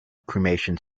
cremation